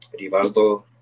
Rivaldo